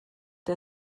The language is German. der